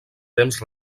temps